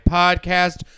podcast